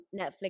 Netflix